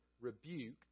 rebuke